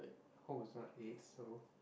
hope it's not aids so